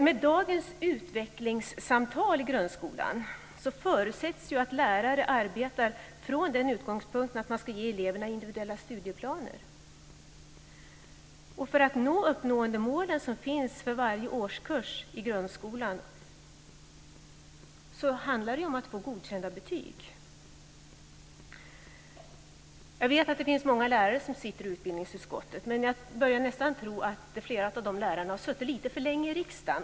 Med dagens utvecklingssamtal i grundskolan förutsätts det att lärare arbetar från utgångspunkten att ge eleverna individuella studieplaner. För att uppnå de mål som finns för varje årskurs i grundskolan handlar det om att få godkända betyg. Jag vet att det är många lärare som sitter i utbildningsutskottet. Men jag börjar nästan att tro att flera av dessa lärare har suttit lite för länge i riksdagen.